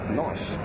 nice